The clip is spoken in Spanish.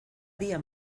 día